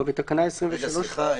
רגע, סליחה.